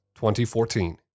2014